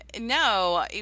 No